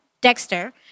Dexter